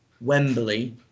Wembley